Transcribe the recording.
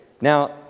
Now